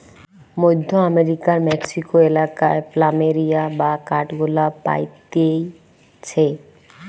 মধ্য আমেরিকার মেক্সিকো এলাকায় প্ল্যামেরিয়া বা কাঠগোলাপ পাইতিছে